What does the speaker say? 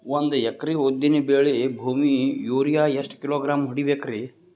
ಒಂದ್ ಎಕರಿ ಉದ್ದಿನ ಬೇಳಿ ಭೂಮಿಗ ಯೋರಿಯ ಎಷ್ಟ ಕಿಲೋಗ್ರಾಂ ಹೊಡೀಬೇಕ್ರಿ?